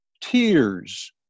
tears